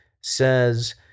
says